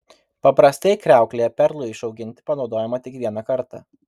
paprastai kriauklė perlui išauginti panaudojama tik vieną kartą